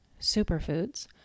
superfoods